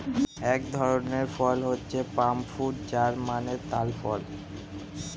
এক ধরনের ফল হচ্ছে পাম ফ্রুট যার মানে তাল ফল